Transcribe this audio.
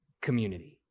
community